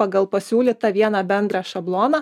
pagal pasiūlytą vieną bendrą šabloną